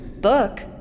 Book